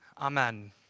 Amen